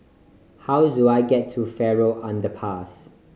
how do I get to Farrer Underpass